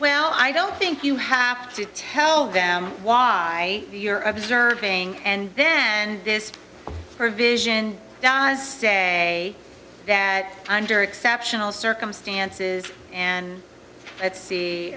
well i don't think you have to tell them why you're observing and then this provision does say that under exceptional circumstances and let's